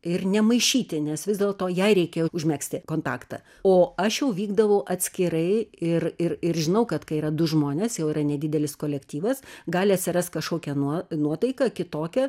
ir nemaišyti nes vis dėlto jai reikėjo užmegzti kontaktą o aš jau vykdavau atskirai ir ir ir žinau kad kai yra du žmonės jau yra nedidelis kolektyvas gali atsiras kažkokia nuo nuotaika kitokia